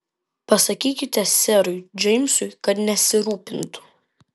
pasakykite serui džeimsui kad nesirūpintų